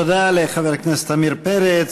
תודה לחבר הכנסת עמיר פרץ.